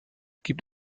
gibt